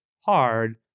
hard